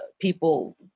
people